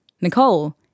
Nicole